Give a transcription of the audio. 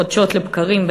חדשות לבקרים,